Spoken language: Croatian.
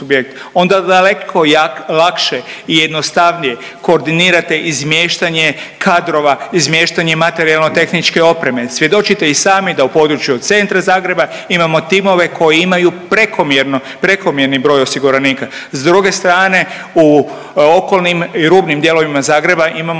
onda daleko lakše i jednostavnije koordinirate izmještanje kadrova, izmještanje materijalno-tehničke opreme. Svjedočite i sami da u području od centra Zagreba imamo timove koji imaju prekomjerni broj osiguranika. S druge strane u okolnim i rubnim dijelovima Zagreba imamo